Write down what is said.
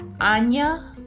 Anya